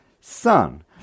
Sun